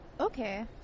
Okay